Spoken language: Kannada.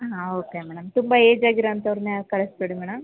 ಓಕೆ ಮೇಡಂ ತುಂಬ ಏಜಾಗಿರೊ ಅಂಥೋರನ್ನ ಕಳಿಸ್ಬೇಡಿ ಮೇಡಂ